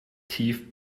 tief